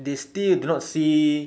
they still do not see